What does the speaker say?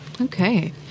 Okay